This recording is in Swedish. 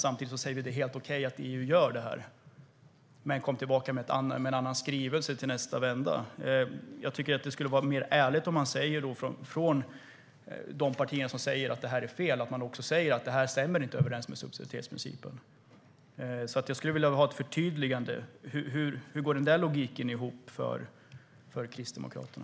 Samtidigt säger man: Det är helt okej att EU gör det, men kom tillbaka med en annan skrivelse till nästa vända. Det skulle vara mer ärligt om man från de partier som säger att det är fel också säger att det inte stämmer överens med subsidiaritetsprincipen. Jag skulle vilja få ett förtydligande. Hur går logiken ihop för Kristdemokraterna?